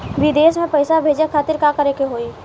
विदेश मे पैसा भेजे खातिर का करे के होयी?